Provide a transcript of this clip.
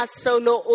solo